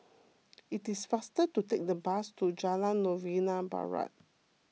it is faster to take the bus to Jalan Novena Barat